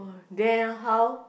then how